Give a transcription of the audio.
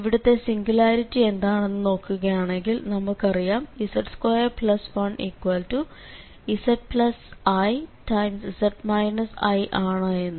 ഇവിടുത്തെ സിംഗുലാരിറ്റി എന്താണെന്ന് നോക്കുകയാണെങ്കിൽ നമുക്ക് അറിയാം z21zi ആണ് എന്ന്